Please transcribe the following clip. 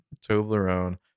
Toblerone